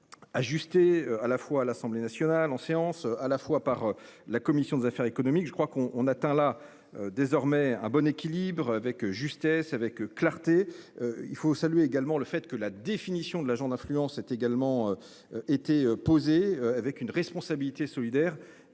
été. Ajustée à la fois à l'Assemblée nationale en séance à la fois par la commission des affaires économiques. Je crois qu'on, on atteint là désormais un bon équilibre avec justesse avec clarté il faut saluer également le fait que la définition de l'agent d'influence est également. Été posée avec une responsabilité solidaire